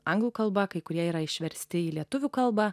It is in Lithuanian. anglų kalba kai kurie yra išversti į lietuvių kalbą